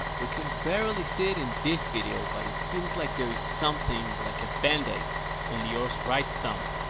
we can barely see it in this video, but it seems like there is something like a band-aid on lior's right thumb.